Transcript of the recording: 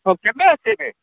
ହଁ କେବେ ଆସିବେ